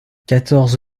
quatorze